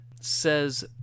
says